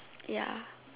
ya